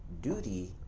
duty